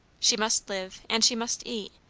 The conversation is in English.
she must live, and she must eat,